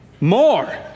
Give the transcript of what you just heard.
More